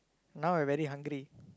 now I very hungry